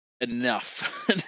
enough